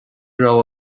raibh